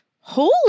Holy